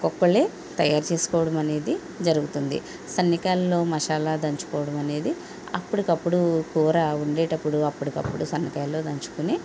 ఒకోక్కళ్ళే తయారు చేసుకోవడమనేది జరుగుతుంది సన్నికాలలో మసాలా దంచుకోవడమనేది అప్పటికప్పుడు కూరా ఉండేటప్పుడు అప్పటికప్పుడు సన్నికాయలు దంచుకొని